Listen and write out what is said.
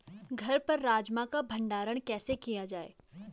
घर पर राजमा का भण्डारण कैसे किया जाय?